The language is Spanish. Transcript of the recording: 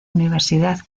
universidad